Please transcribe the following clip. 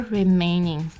remaining